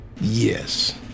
Yes